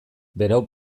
berau